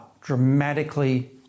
dramatically